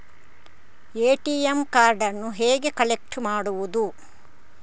ATM ಕಾರ್ಡನ್ನು ಹೇಗೆ collect ಮಾಡುವುದು?